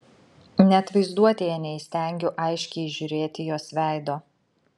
net vaizduotėje neįstengiu aiškiai įžiūrėti jos veido